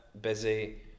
busy